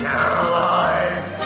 Caroline